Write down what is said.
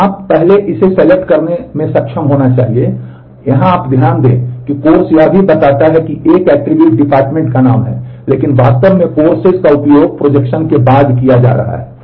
तो आप पहले इस सेलेक्ट के बाद किया जा रहा है